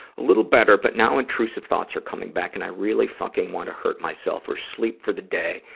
a little better, but now intrusion thoughts are coming back and i really fucking want to hurt myself or sleep for the day,